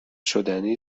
شدنی